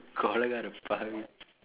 கொலக்கார பாவி:kolakkaara paavi